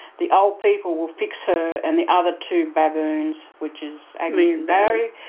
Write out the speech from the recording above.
the old people will fix her and the other two baboons which is agnes and barry,